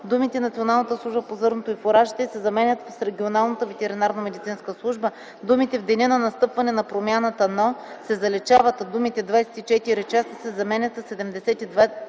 думите „Националната служба по зърното и фуражите” се заменят с „регионалната ветеринарномедицинска служба”, думите „в деня на настъпване на промяната, но” се заличават, а думите „24 часа” се заменят със „72 часа